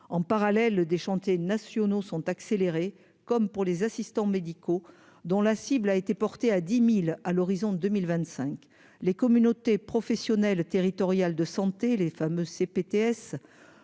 en parallèle déchanter nationaux sont accélérés comme pour les assistants médicaux dont la cible a été porté à 10000 à l'horizon 2025 les communautés professionnelles territoriales de santé, les femmes C